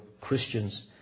Christians